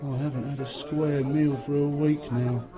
haven't had a square meal for a week now.